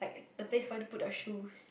the place for you to put the shoes